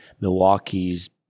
Milwaukee's